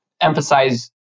emphasize